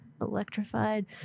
electrified